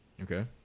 Okay